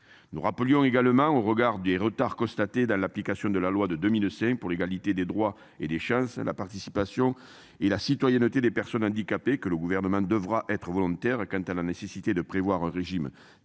nous rappelions également au regard des retards constatés dans l'application de la loi de 2005 pour l'égalité des droits et des chances, la participation et la citoyenneté des personnes handicapées que le gouvernement devra être volontaire. Quant à la nécessité de prévoir un régime